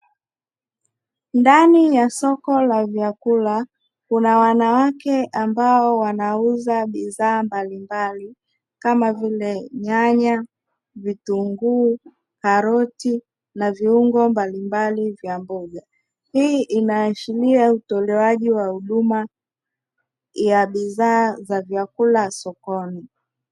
Ndani ya soko la vyakula kuna wanawake ambao wanauza bidhaa bidhaa mbalimbali kama vvile nyanya, vitunguu, karoti na viungo mbalimbali vya mboga. Hii inaashiria utolewaji wa huduma ya bidhaa za vyakula sokoni.